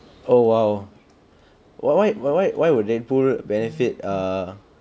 oh !wow! why why why why why would red bull benefit ah